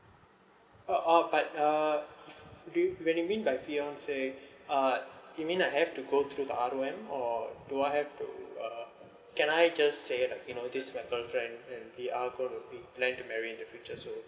oh uh but uh do what you mean by fiance uh you mean I have to the R_O_M or do I have to uh can I just say like you know like this my girlfriend and we are gonna be plan to married in the future so